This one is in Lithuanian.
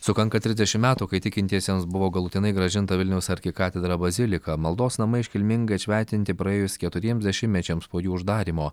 sukanka trisdešimt metų kai tikintiesiems buvo galutinai grąžinta vilniaus arkikatedra bazilika maldos namai iškilmingai atšventinti praėjus keturiems dešimtmečiams po jų uždarymo